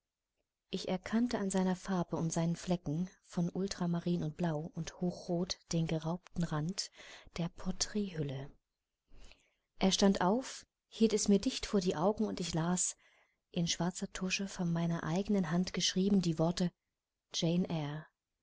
ich erkannte an seiner farbe und seinen flecken von ultramarin und blau und hochrot den geraubten rand der porträthülle er stand auf hielt es mir dicht vor die augen und ich las in schwarzer tusche von meiner eigenen hand geschrieben die worte